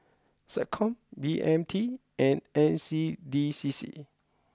SecCom B M T and N C D C C